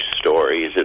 stories